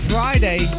Friday